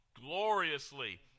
gloriously